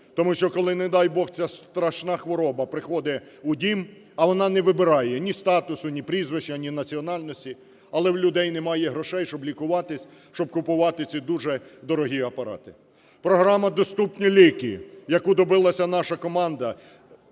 Тому що коли, не Дай Бог, ця страшна хвороба приходить у дім - а вона не вибирає ні статусу, ні прізвища, ні національності, - але в людей в людей немає грошей, щоб лікуватись, щоб купувати ці дуже дорогі апарати. Програма "Доступні ліки", яку добилася наша команда,